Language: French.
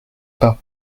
pas